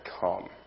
come